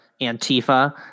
Antifa